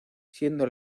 siendo